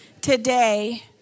today